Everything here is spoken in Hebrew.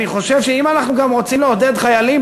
אני גם חושב שאם אנחנו רוצים לעודד חיילים,